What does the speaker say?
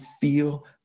feel